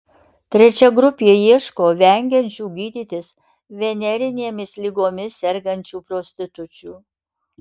trečia grupė ieško vengiančių gydytis venerinėmis ligomis sergančių prostitučių